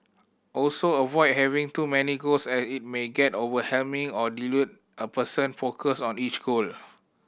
also avoid having too many goals as it may get overwhelming or dilute a person focus on each goal